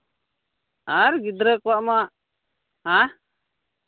ᱟᱨ ᱜᱤᱫᱽᱨᱟᱹ ᱠᱚᱣᱟᱜ ᱢᱟ ᱦᱮᱸ